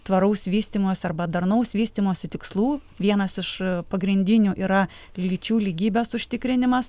tvaraus vystymosi arba darnaus vystymosi tikslų vienas iš pagrindinių yra lyčių lygybės užtikrinimas